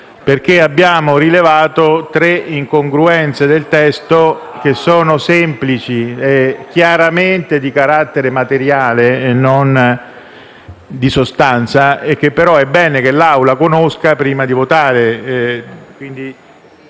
Abbiamo rilevato tre incongruenze nel testo, che sono semplici, chiaramente di carattere materiale e non di sostanza, che, però, è bene che l'Assemblea conosca prima di votare.